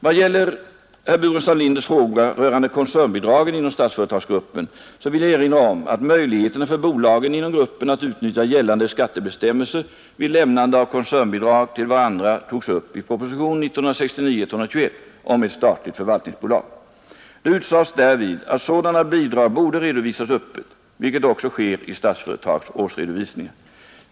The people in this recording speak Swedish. Vad gäller herr Burenstam Linders fråga rörande koncernbidragen inom Statsföretagsgruppen vill jag erinra om att möjligheterna för bolagen inom gruppen att utnyttja gällande skattebestämmelser vid lämnande av koncernbidrag till varandra togs upp i propositionen 1969:121 om ett statligt förvaltningsbolag. Det utsades därvid att sådana bidrag borde redovisas öppet, vilket också sker i Statsföretags årsredovisningar.